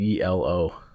ELO